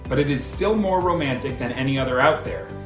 but it is still more romantic than any other out there.